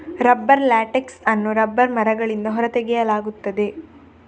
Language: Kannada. ರಬ್ಬರ್ ಲ್ಯಾಟೆಕ್ಸ್ ಅನ್ನು ರಬ್ಬರ್ ಮರಗಳಿಂದ ಹೊರ ತೆಗೆಯಲಾಗುತ್ತದೆ